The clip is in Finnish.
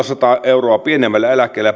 sataa euroa pienemmällä eläkkeellä